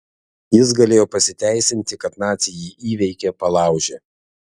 jis galėjo pasiteisinti kad naciai jį įveikė palaužė